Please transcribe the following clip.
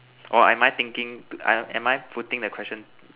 or am I thinking I don't am I putting the question